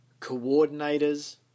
coordinators